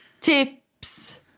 tips